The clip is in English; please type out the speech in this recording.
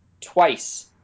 twice